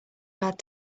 glad